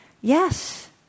Yes